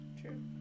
True